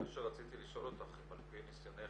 מה שרציתי לשאול אותך אם על פי ניסיונך: